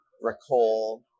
recall